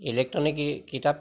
electronic কি কিতাপ